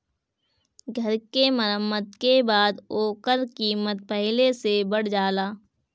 घर के मरम्मत के बाद ओकर कीमत पहिले से बढ़ जाला